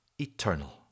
eternal